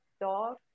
dog